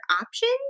options